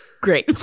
Great